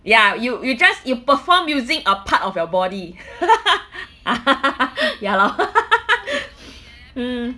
ya you you just you perform using a part of your body ya lor mm